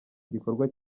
gikorwa